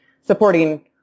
supporting